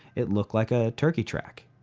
it looked like a turkey track.